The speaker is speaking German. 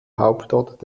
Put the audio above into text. hauptort